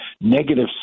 negative